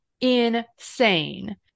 insane